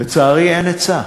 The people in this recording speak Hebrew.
לצערי, אין היצע.